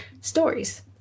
stories